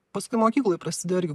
paskui mokykloj prasidėjo irgi